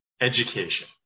education